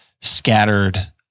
scattered